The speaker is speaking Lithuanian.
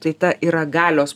tai ta yra galios